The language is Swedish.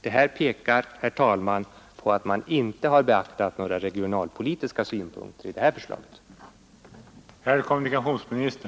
Detta pekar, herr talman, på att man i det här förslaget inte har beaktat några regionalpolitiska synpunkter.